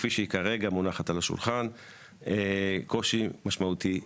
כפי שהיא כרגע מונחת על השולחן קושי משמעותי מאוד.